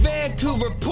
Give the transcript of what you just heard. Vancouver